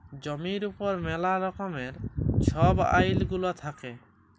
জমির উপর ম্যালা রকমের ছব আইল গুলা থ্যাকে